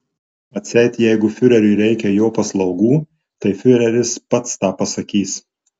atseit jeigu fiureriui reikia jo paslaugų tai fiureris pats tą pasakys